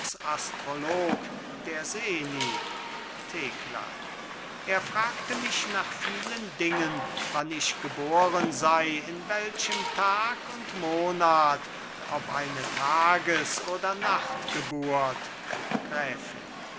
astrolog der seni thekla er fragte mich nach vielen dingen wann ich geboren sei in welchem tag und monat ob eine tages oder nachtgeburt gräfin